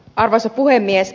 arvoisa puhemies